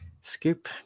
scoop